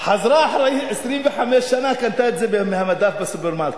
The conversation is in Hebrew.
חזרה אחרי 25 שנה וקנתה את זה מהמדף בסופרמרקט.